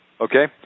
Okay